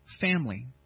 Family